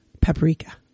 paprika